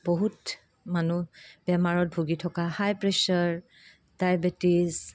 বহুত মানুহ বেমাৰত ভুগি থকা হাই প্ৰেছাৰ ডাইবেটিছ